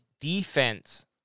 defense